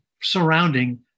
surrounding